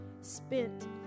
spent